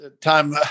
time